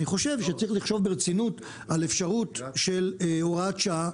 אני חושב שצריך לחשוב ברצינות על אפשרות של הוראת שעה,